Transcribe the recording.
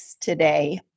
today